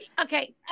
Okay